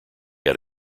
had